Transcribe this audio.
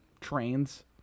trains